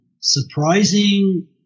Surprising